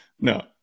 No